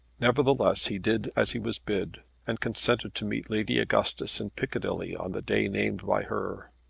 nevertheless he did as he was bid, and consented to meet lady augustus in piccadilly on the day named by her.